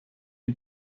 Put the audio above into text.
you